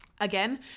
Again